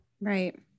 right